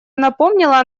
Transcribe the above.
напомнила